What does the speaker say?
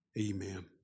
Amen